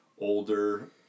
older